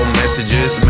messages